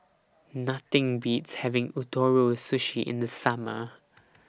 Nothing Beats having Ootoro Sushi in The Summer